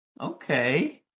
okay